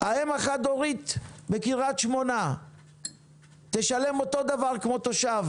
האם החד הורית בקריית שמונה תשלם אותו דבר כמו תושב